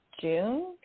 June